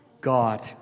God